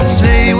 say